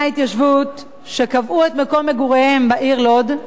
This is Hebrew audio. ההתיישבות שקבעו את מקום מגוריהם בעיר לוד.